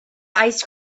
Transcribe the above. ice